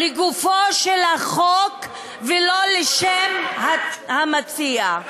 לגופו של החוק ולא לשם המציע.